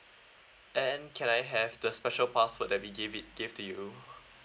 and can I have the special password that we gave it gave to you